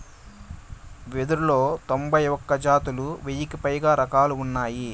వెదురులో తొంభై ఒక్క జాతులు, వెయ్యికి పైగా రకాలు ఉన్నాయి